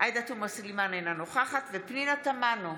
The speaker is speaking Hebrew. עאידה תומא סלימאן, אינה נוכחת פנינה תמנו,